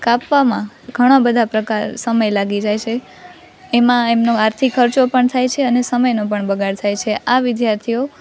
કાપવામાં ઘણા બધા સમય લાગી જાય છે એમાં એમનો આર્થિક ખર્ચો પણ થાય છે અને સમયનો પણ બગાડ થાય છે આ વિદ્યાર્થીઓ